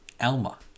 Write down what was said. alma